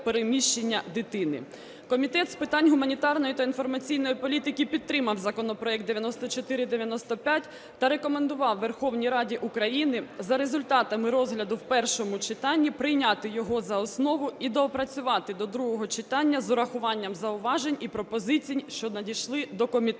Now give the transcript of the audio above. Комітет з питань гуманітарної та інформаційної політики підтримав законопроект 9495 та рекомендував Верховній Раді України за результатами розгляду в першому читанні прийняти його за основу і доопрацювати до другого читання з урахуванням зауважень і пропозицій, що надійшли до комітету.